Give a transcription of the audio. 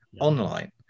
online